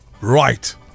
Right